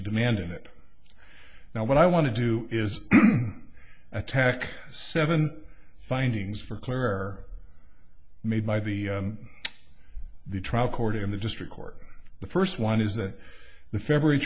to demand it now what i want to do is attack seven findings for clearer made by the the trial court in the district court the first one is that the february